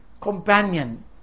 companion